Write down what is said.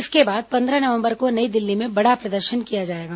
इसके बाद पंद्रह नवंबर को नई दिल्ली में बड़ा प्रदर्शन किया जाएगा